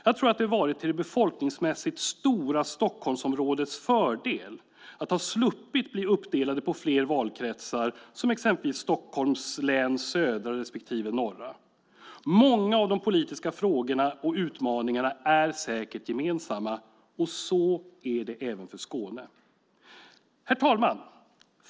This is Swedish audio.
Jag tror att det har varit till det befolkningsmässigt stora Stockholmsområdets fördel att ha sluppit bli uppdelat på fler valkretsar som exempelvis Stockholms län södra respektive norra. Många av de politiska frågorna och utmaningarna är säkert gemensamma. Så är det även för Skåne. Herr talman!